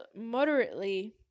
moderately